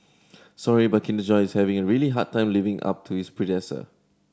sorry but Kinder Joy is having a really hard time living up to its predecessor